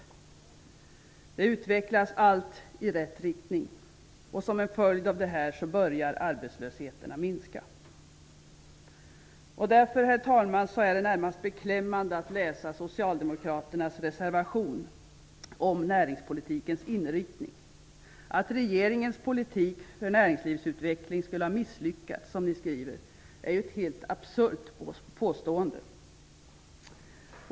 Allt utvecklas i rätt riktning, och som en följd av detta börjar arbetslösheten att minska. Därför, herr talman, är det närmast beklämmande att läsa Socialdemokraternas reservation om näringspolitikens inriktning. Att regeringens politik för näringslivsutveckling skulle ha misslyckats, som ni skriver, är ju ett helt absurt påstående.